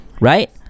Right